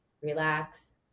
relax